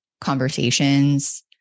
conversations